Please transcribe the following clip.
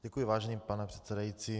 Děkuji, vážený pane předsedající.